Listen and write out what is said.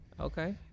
Okay